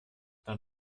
dann